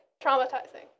Traumatizing